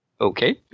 okay